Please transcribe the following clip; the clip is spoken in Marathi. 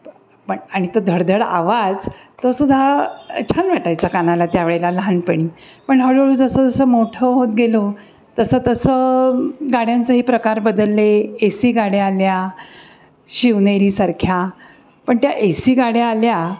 प पण आणि तो धडधड आवाज तो सुद्धा छान वाटायचा कानाला त्या वेळेला लहानपणी पण हळूहळू जसंजसं मोठं होत गेलो तसं तसं गाड्यांचाही प्रकार बदलले ए सी गाड्या आल्या शिवनेरीसारख्या पण त्या ए सी गाड्या आल्या